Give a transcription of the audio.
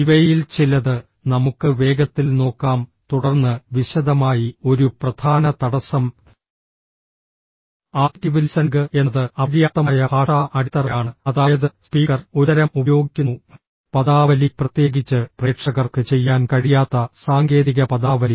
ഇവയിൽ ചിലത് നമുക്ക് വേഗത്തിൽ നോക്കാം തുടർന്ന് വിശദമായി ഒരു പ്രധാന തടസ്സം ആക്റ്റീവ് ലിസണിംഗ് എന്നത് അപര്യാപ്തമായ ഭാഷാ അടിത്തറയാണ് അതായത് സ്പീക്കർ ഒരുതരം ഉപയോഗിക്കുന്നു പദാവലി പ്രത്യേകിച്ച് പ്രേക്ഷകർക്ക് ചെയ്യാൻ കഴിയാത്ത സാങ്കേതിക പദാവലി